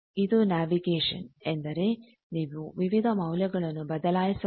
ಇದು ನ್ಯಾವಿಗೆಶನ್ ಎಂದರೆ ನೀವು ವಿವಿಧ ಮೌಲ್ಯಗಳನ್ನು ಬದಲಾಯಿಸಬಹುದು